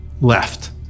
left